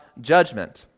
judgment